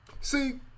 See